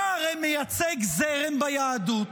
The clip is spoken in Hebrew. הרי אתה מייצג זרם ביהדות,